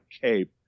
cape